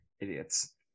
idiots